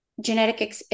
Genetic